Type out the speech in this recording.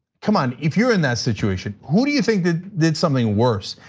come on, if you're in that situation, who do you think did did something worse?